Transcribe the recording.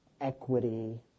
equity